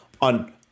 on